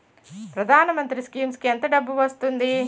ప్రధాన మంత్రి స్కీమ్స్ కీ ఎంత డబ్బు వస్తుంది?